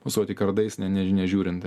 mosuoti kardais ne ne nežiūrint